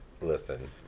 Listen